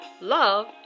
Love